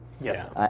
Yes